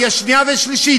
יש שנייה ושלישית,